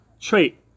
trait